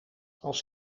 als